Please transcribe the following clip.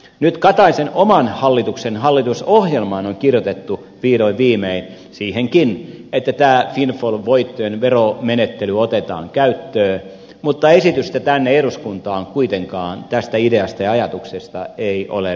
nyt kataisen oman hallituksen hallitusohjelmaan on kirjoitettu vihdoin viimein siihenkin että tämä windfall voittojen veromenettely otetaan käyttöön mutta esitystä tänne eduskuntaan kuitenkaan tästä ideasta ja ajatuksesta ei ole rantautunut